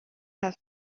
have